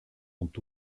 ont